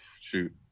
shoot